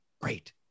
great